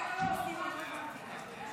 להעביר את הצעת חוק